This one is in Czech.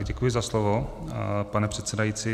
Děkuji za slovo, pane předsedající.